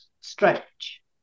stretch